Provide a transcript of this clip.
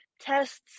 tests